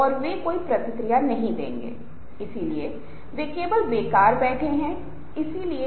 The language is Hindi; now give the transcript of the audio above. और समय आएगा कि लोग भले ही आपको सुप्रभात कहें और यहां तक कि व्यक्ति भी सुप्रभात नहीं बोलेंगे कभी कभी लोग चेहरे को देखेंगे और चेहरा बदलकर चले जाएंगे